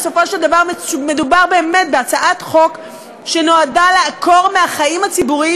בסופו של דבר מדובר בהצעת חוק שנועדה לעקור מהחיים הציבוריים